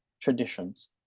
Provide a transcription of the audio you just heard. traditions